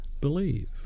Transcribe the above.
believe